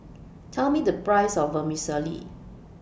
Tell Me The Price of Vermicelli